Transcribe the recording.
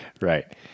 right